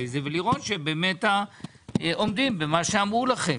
זה ולראות שבאמת עומדים מה שאמרו לכם.